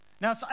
Now